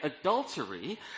adultery